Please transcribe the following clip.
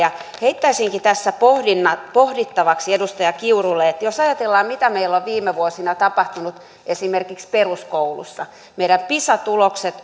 heittäisinkin tässä pohdittavaksi edustaja kiurulle ajatellaan mitä meillä on viime vuosina tapahtunut esimerkiksi peruskoulussa meidän pisa tuloksemme